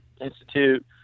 Institute